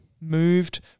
moved